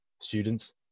students